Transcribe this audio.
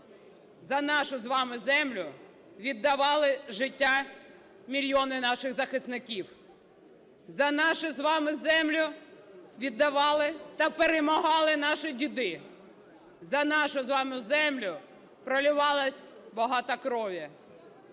За нашу з вами землю віддавали життя мільйони наших захисників. За нашу з вами землю віддавали та перемагали наші діди. За нашу з вами землю проливалось багато крові,